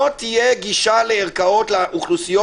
לא תהיה גישה לערכאות לאוכלוסיות